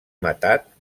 matat